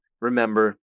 remember